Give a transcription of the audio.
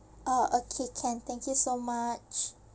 ah okay can thank you so much